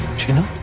genie!